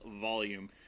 volume